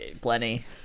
plenty